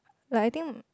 like I think